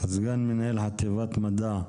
סגן מנהל חטיבת מדע.